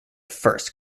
first